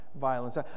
violence